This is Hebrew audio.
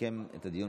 לסכם את הדיון.